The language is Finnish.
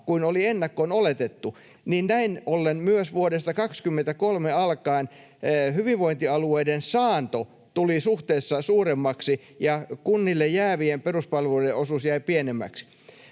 kuin oli ennakkoon oletettu, näin ollen myös vuodesta 23 alkaen hyvinvointialueiden saanto tuli suhteessa suuremmaksi ja kunnille jäävien peruspalveluiden osuus jäi pienemmäksi.